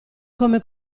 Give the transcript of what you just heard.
come